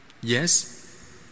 Yes